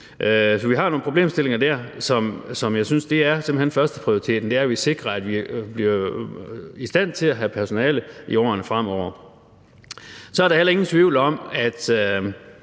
Så vi har der nogle problemstillinger, og jeg synes simpelt hen, at førsteprioriteten er, at vi sikrer, at vi bliver i stand til at have personale i årene fremover. Så er der heller ingen tvivl om, at